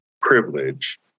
privilege